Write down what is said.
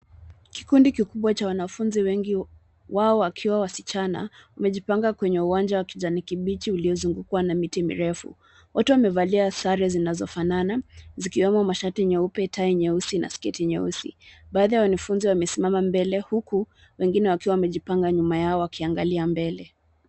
Kikundi kikubwa cha wanafunzi wengi .Wao wakiwa wasichana, wamejipanga kwenye uwanja wa kijani kibichi uliozungukwa na miti mirefu. Wote wamevalia sare zinazofanana ,zikiwemo mashati nyeupe, tai nyeusi na sketi nyeusi. Baadhi ya wanafunzi wamesimama mbele huku wengine wakiwa wamejipanga nyuma yao wakiangalia mbele.